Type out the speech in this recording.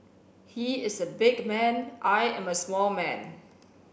he is a big man I am a small man